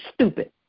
stupid